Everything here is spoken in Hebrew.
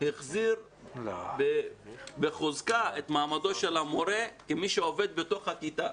החזיר בחוזקה את מעמדו של המורה כמי שעובד בתוך הכיתה.